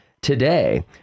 today